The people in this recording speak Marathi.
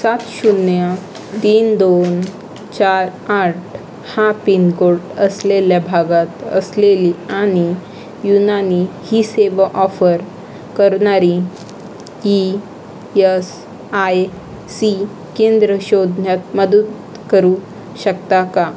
सात शून्य तीन दोन चार आठ हा पिन कोड असलेल्या भागात असलेली आणि युनानी ही सेवा ऑफर करणारी ई एस आय सी केंद्र शोधण्यात मदत करू शकता का